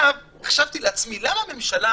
חשבתי לעצמי, למה הממשלה